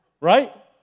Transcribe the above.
Right